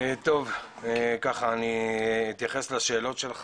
אני אתייחס לשאלות.